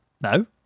No